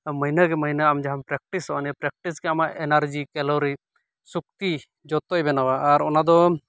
ᱢᱟᱭᱱᱮ ᱠᱤ ᱢᱟᱭᱱᱮ ᱟᱢ ᱡᱟᱦᱟᱢ ᱯᱨᱮᱠᱴᱤᱥᱚᱜᱼᱟ ᱚᱱᱟ ᱯᱨᱮᱠᱴᱤᱥ ᱜᱤ ᱟᱢᱟᱜ ᱮᱱᱟᱨᱡᱤ ᱠᱮᱞᱳᱨᱤ ᱥᱚᱠᱛᱤ ᱡᱚᱛᱳᱭ ᱵᱮᱱᱟᱣᱼᱟ ᱟᱨ ᱚᱱᱟᱫᱚ